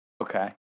Okay